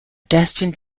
destined